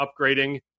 upgrading